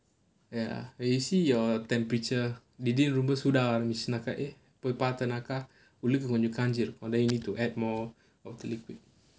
ya when you see your temperature திடீர்னு சூடாக ஆரம்பிச்சிருச்சுனா போய் பார்த்தனாக்க உள்ளுக காஞ்சியிருக்கும்ல:thideernu soodaaga aarambichchiruchunaa poyi paarthanaakka ulluga kaanchchirukkumla orh then you need to add more of the liquid